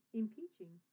impeaching